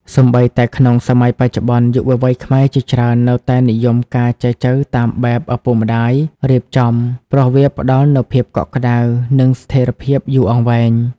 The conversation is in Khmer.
សូម្បីតែក្នុងសម័យបច្ចុប្បន្ន យុវវ័យខ្មែរជាច្រើននៅតែនិយមការចែចូវតាមបែបឪពុកម្ដាយរៀបចំ ព្រោះវាផ្ដល់នូវភាពកក់ក្ដៅ និងស្ថិរភាពយូរអង្វែង។